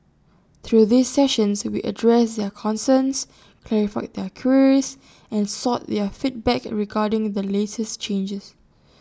through these sessions we addressed their concerns clarified their queries and sought their feedback regarding the latest changes